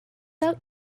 out